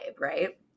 right